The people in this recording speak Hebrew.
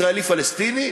ישראלי פלסטיני,